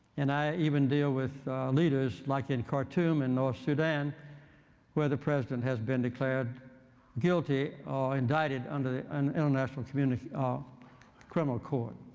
and i even deal with leaders like in khartoum and north sudan where the president has been declared guilty indicted under the and international ah criminal court.